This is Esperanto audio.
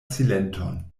silenton